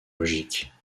logiques